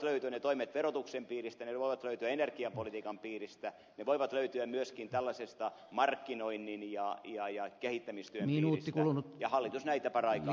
ne toimet voivat löytyä verotuksen piiristä ne voivat löytyä energiapolitiikan piiristä ne voivat löytyä myöskin tällaisesta markkinoinnin ja kehittämistyön piiristä ja hallitus näitä paraikaa tekee